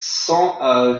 cent